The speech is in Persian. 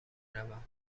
روم